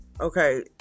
Okay